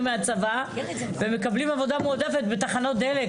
מהצבא והם מקבלים עבודה מועדפת בתחנות דלק,